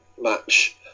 match